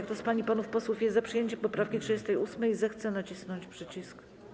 Kto z pań i panów posłów jest za przyjęciem poprawki 38., zechce nacisnąć przycisk.